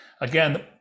again